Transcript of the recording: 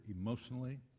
emotionally